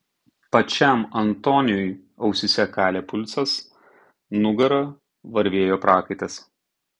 pačiam antoniui ausyse kalė pulsas nugara varvėjo prakaitas